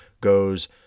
goes